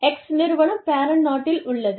X நிறுவனம் parent நாட்டில் உள்ளது